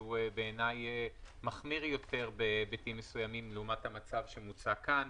שהוא בעיני מחמיר יותר בהיבטים מסוימים לעומת המצב שמוצע כאן.